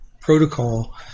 protocol